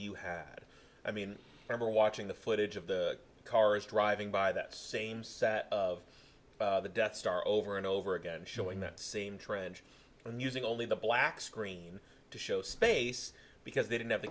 you had i mean ever watching the footage of the cars driving by that same set of the death star over and over again showing that same trench and using only the black screen to show space because they didn't have the